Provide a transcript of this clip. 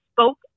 spoke